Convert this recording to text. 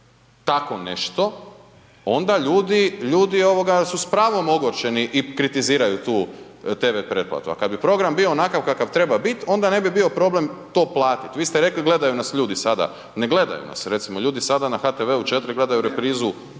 tako nešto onda ljudi, ljudi ovoga su s pravom ogorčeni i kritiziraju tu TV pretplatu, a kad bi program bio onakav kakav treba bit onda ne bi bio problem to platit, vi ste rekli gledaju nas ljudi sada, ne gledaju nas, recimo ljudi sada na HTV 4 gledaju reprizu